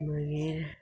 मागीर